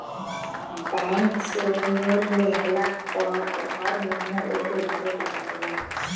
bank से loan लेहला पअ हर महिना ओके भरे के पड़ेला